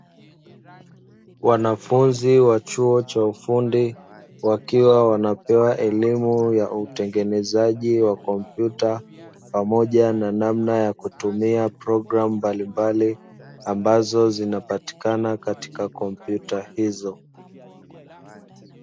Wanafunzi wa chuo cha ufundi wakiwa wanapewa elimu ya utengenezaji wa kompyuta pamoja na namna ya kutumia programu mbalimbali, ambazo zinapatikana katika kompyuta hizo.